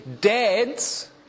dads